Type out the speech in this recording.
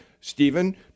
Stephen